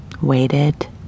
waited